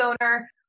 owner